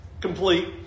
complete